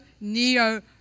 neo